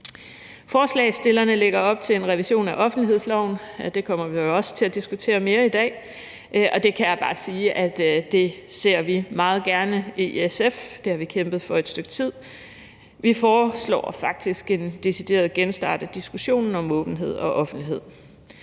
Forslagsstillerne lægger op til en revision af offentlighedsloven. Det kommer vi også til at diskutere mere i dag. Det kan jeg bare sige at vi meget gerne ser i SF. Det har vi kæmpet for i et stykke tid. Vi foreslår faktisk en decideret genstart af diskussionen om åbenhed og offentlighed.